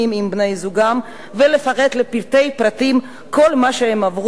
בני-זוגן ולפרט לפרטי פרטים כל מה שהן עברו,